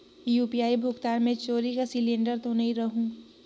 UPI भुगतान मे चोरी कर सिलिंडर तो नइ रहु?